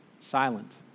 silent